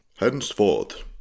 Henceforth